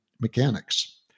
mechanics